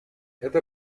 эта